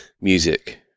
music